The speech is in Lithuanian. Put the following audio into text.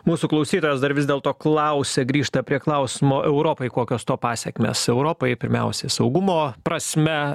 mūsų klausytojas dar vis dėlto klausia grįžta prie klausimo europai kokios to pasekmės europai pirmiausiai saugumo prasme